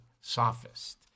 sophist